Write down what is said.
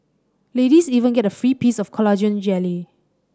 ladies even get a free piece of collagen jelly